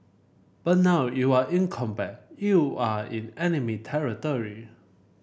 but now you're in combat you're in enemy territory